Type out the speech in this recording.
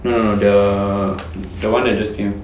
no no no the the one that just came